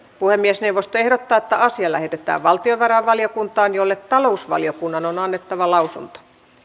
puhemiesneuvosto ehdottaa että asia lähetetään valtiovarainvaliokuntaan jolle talousvaliokunnan on annettava lausunto